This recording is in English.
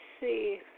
see